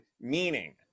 meaning